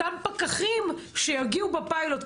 לאותם פקחים שיגיעו בפיילוט.